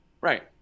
Right